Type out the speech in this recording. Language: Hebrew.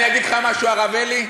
אני אגיד לך משהו, הרב אלי,